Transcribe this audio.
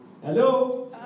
Hello